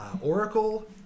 oracle